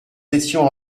étions